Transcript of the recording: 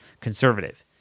conservative